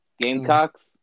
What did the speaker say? Gamecocks